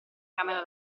camera